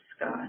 God